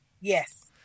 Yes